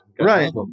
Right